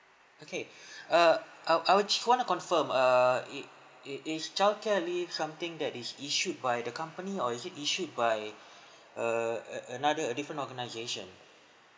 okay err I will I will want to confirm err it it is childcare leave something that is issued by the company or is it issued by a a another different organisation